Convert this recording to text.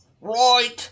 right